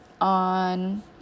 on